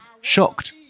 shocked